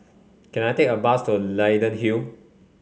can I take a bus to Leyden Hill